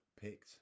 picked